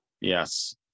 yes